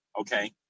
Okay